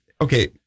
okay